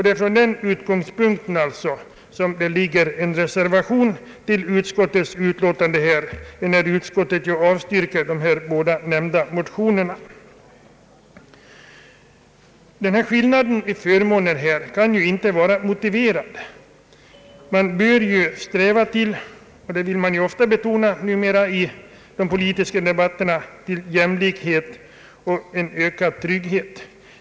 Det är från den utgångspunkten vi har fogat en reservation till utskottsutlåtandet, när utskottet avstyrker de båda motionerna. Skillnaden i förmåner kan inte vara motiverad. Man bör ju — vilket numera också betonas i de politiska debatterna — sträva efter jämlikhet och ökad trygghet.